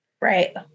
Right